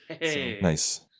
Nice